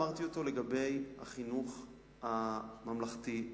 אמרתי לגבי החינוך הממלכתי,